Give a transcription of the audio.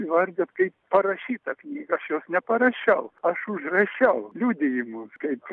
įvardijot kaip parašytą knygą aš jos neparašiau aš užrašiau liudijimus kaip